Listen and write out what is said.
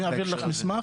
אני אעביר לך מסמך.